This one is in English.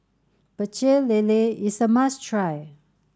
Pecel Lele is a must try